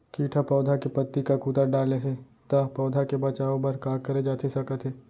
किट ह पौधा के पत्ती का कुतर डाले हे ता पौधा के बचाओ बर का करे जाथे सकत हे?